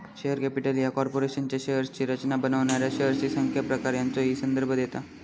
share capital ह्या कॉर्पोरेशनच्या शेअर्सची रचना बनवणाऱ्या शेअर्सची संख्या, प्रकार यांचो ही संदर्भ देता